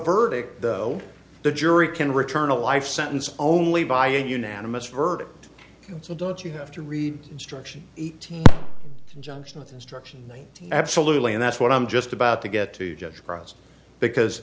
verdict though the jury can return a life sentence only by a unanimous verdict so don't you have to read instruction eighty judgment instructions absolutely and that's what i'm just about to get to judge process because